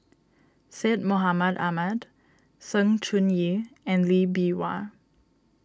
Syed Mohamed Ahmed Sng Choon Yee and Lee Bee Wah